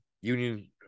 Union